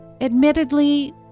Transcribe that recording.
Admittedly